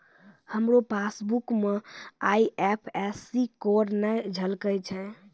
हमरो पासबुक मे IFSC code नै झलकै छै